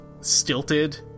stilted